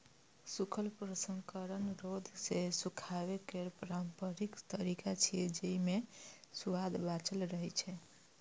सूखल प्रसंस्करण रौद मे सुखाबै केर पारंपरिक तरीका छियै, जेइ मे सुआद बांचल रहै छै